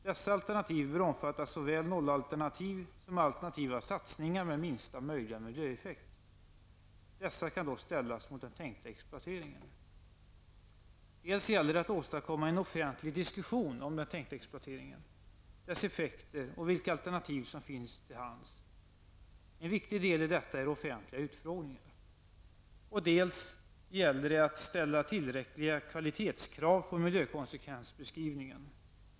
Dessa alternativ bör omfatta såväl nollalternativ som alternativa satsningar med minsta möjliga miljöeffekt. Dessa kan då ställas mot den tänkta exploateringen, -- dels gäller det att åstadkomma en offentlig diskussion om den tänkta exploateringen, dess effekter och vilka alternativ som finns till hands. En viktig del i detta är offentliga utfrågningar, -- dels gäller det att ställa tillräckliga kvalitetskrav på miljökonsekvensbeskrivningen.